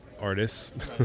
artists